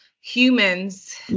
humans